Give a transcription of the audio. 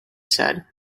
said